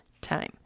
time